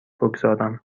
بگذارم